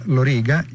Loriga